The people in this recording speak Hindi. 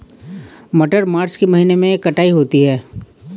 मटर मार्च के महीने कटाई होती है?